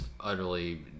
utterly